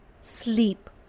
Sleep